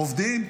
עובדים,